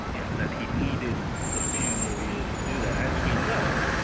and that he needed a few more years to do that. as we know,